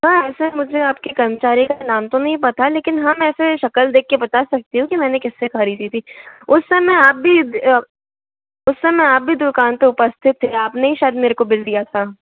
हाँ सर मुझे आपकी कर्मचारी का नाम तो नहीं पता लेकिन हाँ मैं ऐसे शक्ल देख कर बता सकती हूँ के मैने किससे खरीदी थी उस समय आप भी उस समय आप भी दूकान पर उपस्थित थे आपने ही शायद मेरे को बिल दिया था